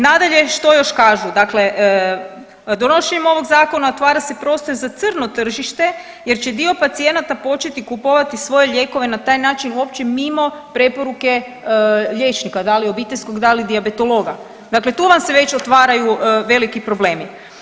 Nadalje, što još kažu, dakle donošenjem ovog zakona otvara se prostor za crno tržište jer će dio pacijenata početi kupovati svoje lijekove na taj način uopće mimo preporuke liječnika, da li obiteljskog, da li dijabetologa, dakle tu vam se već otvaraju veliki problemi.